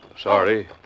Sorry